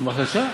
בבקשה.